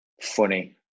funny